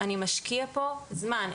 אני משקיע פה זמן,